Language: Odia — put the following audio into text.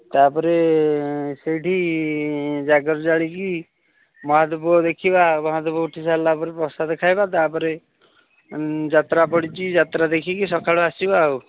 ତା'ପରେ ସେଇଠି ଜାଗର ଜାଳିକି ମହାଦୀପ ଦେଖିବା ମହାଦୀପ ଉଠିସାରିଲା ପରେ ପ୍ରସାଦ ଖାଇବା ତା'ପରେ ଯାତ୍ରା ପଡ଼ିଛି ଯାତ୍ରା ଦେଖିକି ସକାଳୁ ଆସିବା ଆଉ